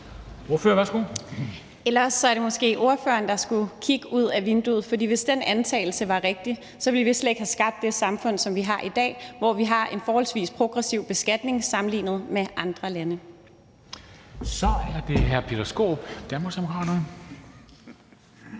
også er det måske ordføreren, der skulle kigge ud ad vinduet. For hvis den antagelse var rigtig, ville vi slet ikke have skabt det samfund, vi har i dag, hvor vi har en forholdsvis progressiv beskatning sammenlignet med andre lande. Kl. 13:46 Formanden